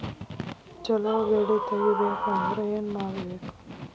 ಛಲೋ ಬೆಳಿ ತೆಗೇಬೇಕ ಅಂದ್ರ ಏನು ಮಾಡ್ಬೇಕ್?